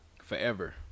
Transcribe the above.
forever